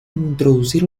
introducir